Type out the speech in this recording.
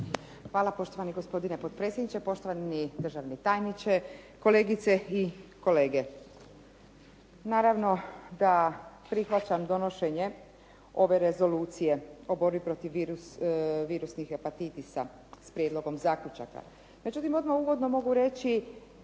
Hvala. Poštovani gospodine potpredsjedniče, poštovani državni tajniče, kolegice i kolege. Naravno da prihvaćam donošenje ove rezolucije o borbi protiv virusnih hepatitisa s prijedlogom zaključaka. Međutim, odmah uvodno mogu reći